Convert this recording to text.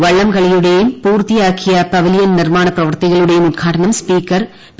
വള്ളംകളിയുടെയും പൂർത്തിയാക്കിയ പവലിയൻ നിർമാണ പ്രവൃത്തികളുടെയും ഉദ്ഘാടനം സ്പീക്കർ പി